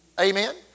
amen